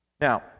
Now